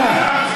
אנא.